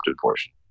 portion